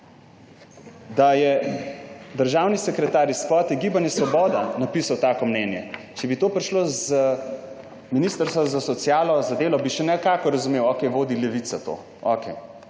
da je državni sekretar iz kvote Gibanja Svoboda napisal takšno mnenje. Če bi to prišlo z ministrstva za socialno in delo, bi še nekako razumel, okej, vodi to Levica.